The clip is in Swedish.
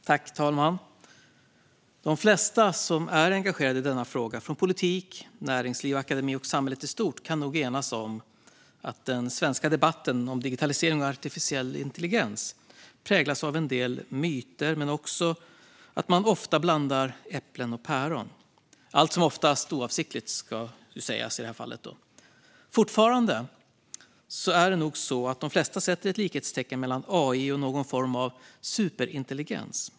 Herr talman! De flesta som är engagerade i denna fråga - från politiken, näringslivet, akademin och samhället i stort - kan nog enas om att den svenska debatten om digitalisering och artificiell intelligens präglas av en del myter. Men den präglas också av att man ofta blandar äpplen och päron - det ska sägas att det allt som oftast sker oavsiktligt. Fortfarande sätter nog de flesta ett likhetstecken mellan AI och någon form av superintelligens.